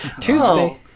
Tuesday